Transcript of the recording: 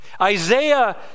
Isaiah